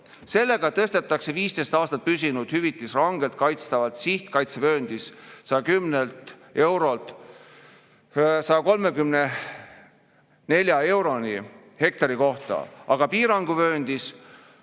Sellega tõstetakse 15 aastat püsinud hüvitis rangelt kaitstavas sihtkaitsevööndis 110 eurolt 134 euroni hektari kohta. Aga piiranguvööndis